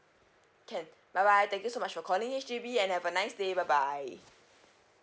can bye bye thank you so much for calling H_D_B and have a nice day bye bye